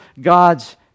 God's